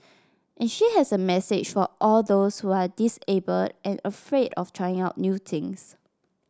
and she has a message for all those who are disabled and afraid of trying out new things